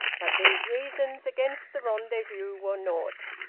but these reasons against the rendezvous were naught.